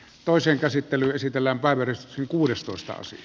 toisen käsittely esitellään parveke kuudestoista asti